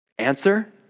answer